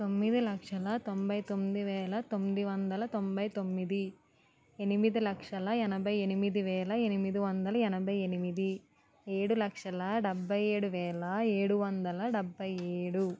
తొమ్మిది లక్షల తొంభై తొమ్మిది వేల తొమ్మిది వందల తొంభై తొమ్మిది ఎనిమిది లక్షల ఎనభై ఎనిమిది వేల ఎనిమిది వందల ఎనభై ఎనిమిది ఏడు లక్షల డెబ్భై ఏడు వేల ఏడు వందల డెబ్భై ఏడు